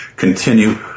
continue